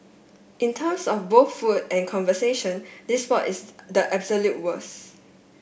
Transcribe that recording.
in terms of both food and conversation this spot is the absolute worst